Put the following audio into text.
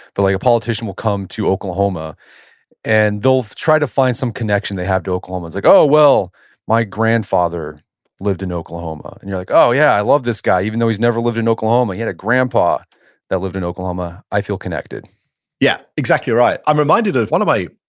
but like a politician will come to oklahoma and they'll try to find some connection they have to oklahoma. it's like, oh, well my grandfather lived in oklahoma, and you're like, oh yeah, i love this guy even though he's never lived in oklahoma. he had a grandpa that lived in oklahoma. i feel connected yeah, exactly right i'm reminded of one of my,